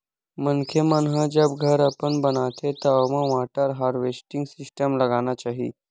मनखे मन ह जब घर अपन बनाथे त ओमा वाटर हारवेस्टिंग सिस्टम लगाना चाही